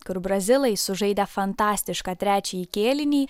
kur brazilai sužaidė fantastišką trečiąjį kėlinį